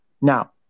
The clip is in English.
Now